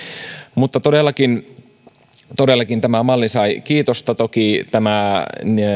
mutta todellakin todellakin tämä malli sai kiitosta toki tämä